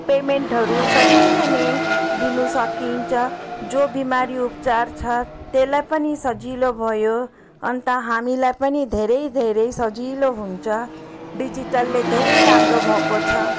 पेमेन्टहरू सजिलै नै दिन सकिन्छ जो बिमारी उपचार छ त्यसलाई पनि सजिलो भयो अन्त हामीलाई पनि धेरै धेरै सजिलो हुन्छ डिजिटलले धेरै राम्रो भएको छ